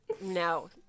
no